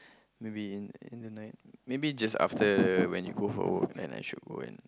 maybe in in the night maybe just after when you go for work then I should go and